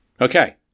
Okay